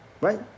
right